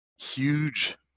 huge